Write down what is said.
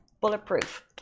Bulletproof